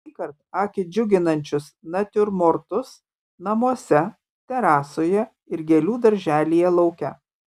šįkart akį džiuginančius natiurmortus namuose terasoje ir gėlių darželyje lauke